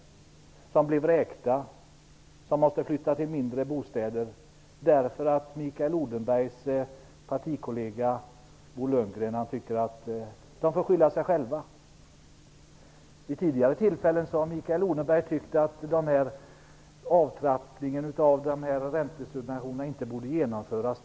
De blir vräkta eller måste flytta till mindre bostäder därför att Mikael Odenbergs partikollega Bo Lundgren tycker att de får skylla sig själva. Vid tidigare tillfällen har Mikael Odenberg ansett att avtrappningen av räntesubventionerna inte borde genomföras.